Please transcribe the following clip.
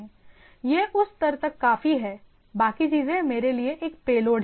यह उस स्तर तक काफी है बाकी चीजें मेरे लिए एक पेलोड हैं